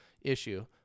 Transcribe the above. issue